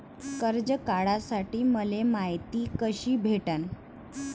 कर्ज काढासाठी मले मायती कशी भेटन?